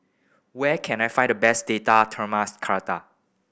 where can I find the best Date Tamarind Chutney